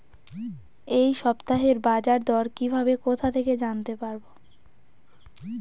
এই সপ্তাহের বাজারদর কিভাবে কোথা থেকে জানতে পারবো?